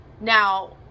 Now